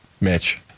Mitch